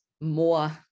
more